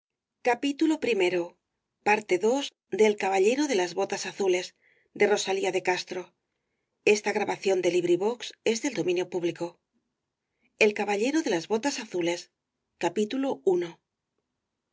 el caballero de las botas azules higo hidrópico me decía suspirando ay el caballero de las botas azules